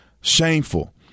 Shameful